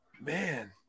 man